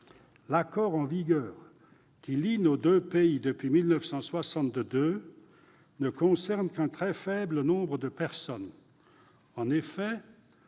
L'accord en vigueur qui lie nos deux pays depuis 1962 ne concerne qu'un très faible nombre de personnes. En effet,